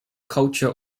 culture